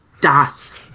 Das